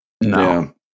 no